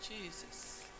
Jesus